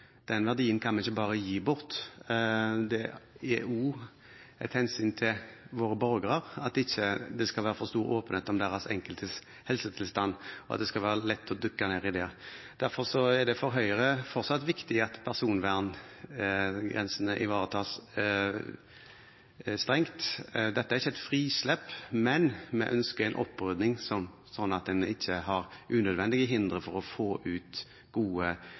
Den verdien kan vi ikke bare gi bort. Det er ut fra hensynet til våre borgere at det ikke skal være for stor åpenhet om den enkeltes helsetilstand og være lett å dukke ned i det. Derfor er det for Høyre fortsatt viktig at personverngrensene ivaretas strengt. Dette er ikke et frislipp, men vi ønsker en opprydding, slik at en ikke har unødvendige hindre for å få gode, kommersielle prosjekter ut